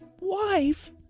wife